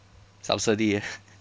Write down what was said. subsidy ah